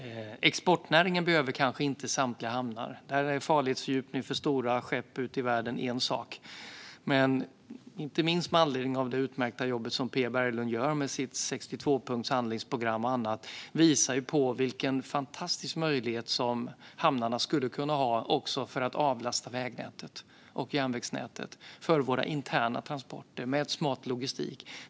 Exportnäringen behöver kanske inte samtliga hamnar. Här är farledsdjup för stora skepp ute i världen en sak. Men inte minst Pia Berglunds utmärkta jobb med 62-punktshandlingsprogrammet och annat visar vilken fantastisk möjlighet hamnarna skulle kunna vara också för att avlasta vägnätet och järnvägsnätet för våra interna transporter med smart logistik.